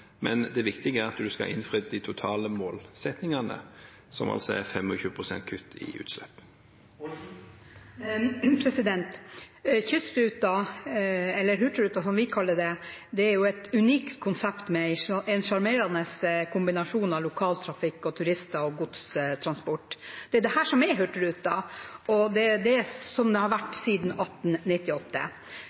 Men det viktige er at en skal innfri de totale målsettingene, som altså er 25 pst. kutt i utslipp. Kystruta, eller hurtigruta, som vi kaller den, er et unikt konsept med en sjarmerende kombinasjon av lokaltrafikk, turister og godstransport. Det er dette som er hurtigruta, og det har det vært siden 1898.